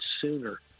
sooner